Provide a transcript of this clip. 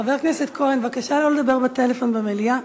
חבר הכנסת כהן, בבקשה לא לדבר בטלפון במליאה.